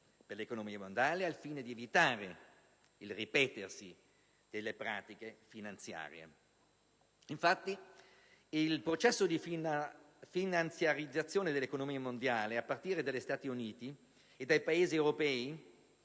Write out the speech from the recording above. per l'economia mondiale, al fine di evitare il ripetersi delle pratiche finanziarie. Infatti, il processo di finanziarizzazione dell'economia mondiale, a partire dagli Stati Uniti e dai Paesi europei,